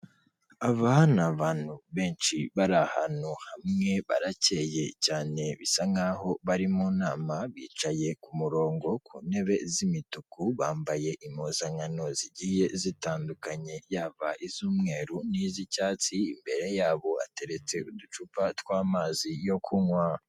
Aba ni abantu benshi bari ahantu hamwe baracyeye cyane bisa nkaho bari mu nama, bicaye ku murongo ku ntebe z'imituku bambaye impuzankano zigiye zitandukanye yaba iz'umweru n'izicyatsi, imbere yabo hateretse uducupa tw'amazi yo kunywa.